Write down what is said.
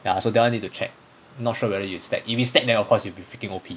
ya so that [one] need to check not sure whether you'll stack if you stack then of course you'll be taking O_P